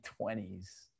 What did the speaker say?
20s